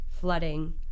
flooding